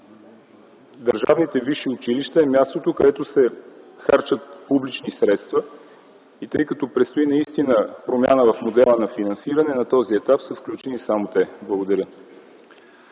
държавните висши училища са местата, където се харчат публични средства и тъй като предстои наистина промяна в модела на финансиране, на този етап са включени само те. Благодаря.